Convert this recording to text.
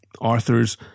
Arthur's